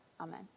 Amen